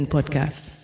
Podcast